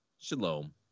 shalom